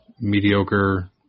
mediocre